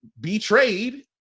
betrayed